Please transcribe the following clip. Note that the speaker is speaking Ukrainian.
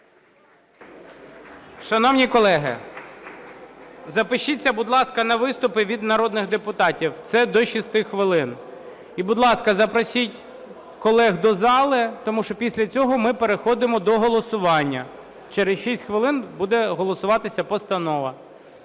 Шановні колеги, запишіться, будь ласка, на виступи від народних депутатів – це до 6 хвилин. І, будь ласка, запросіть колег до зали, тому що після цього ми переходимо до голосування. Через 6 хвилин буде голосуватися постанова.